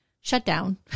shutdown